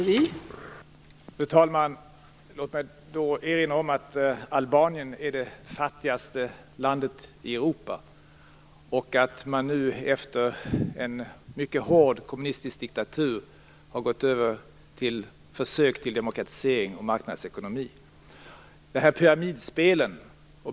Fru talman! Låt mig erinra om att Albanien är det fattigaste landet i Europa, och att man nu efter en mycket hård kommunistisk diktatur har gått över till försök till demokratisering och marknadsekonomi.